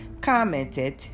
commented